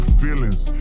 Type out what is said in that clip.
feelings